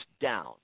down